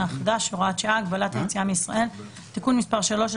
החדש (הוראת שעה) (הגבלת היציאה מישראל) (תיקון מס' 3),